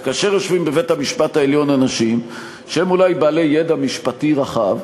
כאשר יושבים בבית-המשפט העליון אנשים שהם אולי בעלי ידע משפטי רחב,